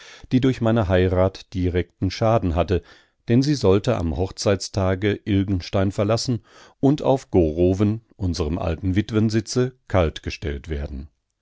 die durch meine heirat direkten schaden hatte denn sie sollte am hochzeitstage ilgenstein verlassen und auf gorowen unserem alten witwensitze kaltgestellt werden